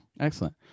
Excellent